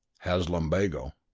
has lumbago.